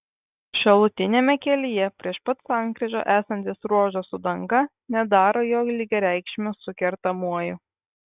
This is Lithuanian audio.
šalutiniame kelyje prieš pat sankryžą esantis ruožas su danga nedaro jo lygiareikšmio su kertamuoju